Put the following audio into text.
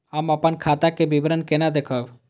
हम अपन खाता के विवरण केना देखब?